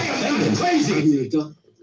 crazy